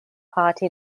party